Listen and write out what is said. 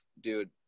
dude